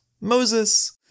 Moses